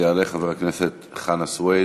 יעלה חבר הכנסת חנא סוייד,